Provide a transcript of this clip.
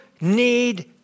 need